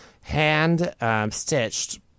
hand-stitched